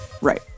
Right